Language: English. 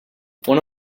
one